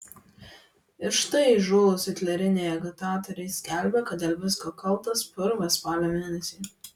ir štai įžūlūs hitleriniai agitatoriai skelbia kad dėl visko kaltas purvas spalio mėnesį